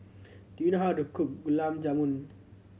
do you know how to cook Gulab Jamun